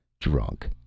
Drunk